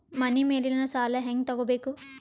ಮನಿ ಮೇಲಿನ ಸಾಲ ಹ್ಯಾಂಗ್ ತಗೋಬೇಕು?